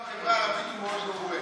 גם בחברה הערבית הוא מאוד מעורה,